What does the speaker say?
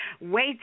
wait